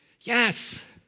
Yes